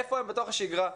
איפה הם בתוך השגרה?